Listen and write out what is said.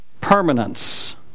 permanence